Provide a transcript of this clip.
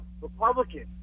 Republican